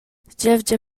gievgia